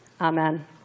Amen